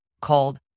called